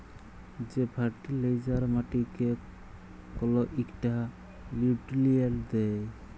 যে ফার্টিলাইজার মাটিকে কল ইকটা লিউট্রিয়েল্ট দ্যায়